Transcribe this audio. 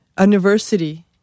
university